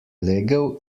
legel